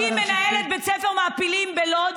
מה מנסים להשיג פה?